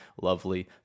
lovely